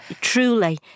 truly